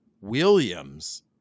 Williams